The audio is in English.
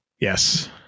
Yes